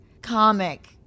comic